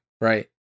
Right